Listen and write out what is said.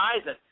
Eisen